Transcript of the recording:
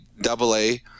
Double-A